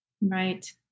Right